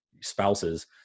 spouses